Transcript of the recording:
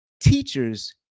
teachers